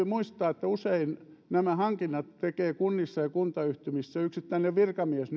muistaa että usein nämä hankinnat tekee kunnissa ja kuntayhtymissä nykyisin yksittäinen virkamies